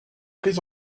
prises